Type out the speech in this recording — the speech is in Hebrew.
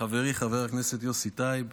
חברי חבר הכנסת יוסי טייב,